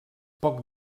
poc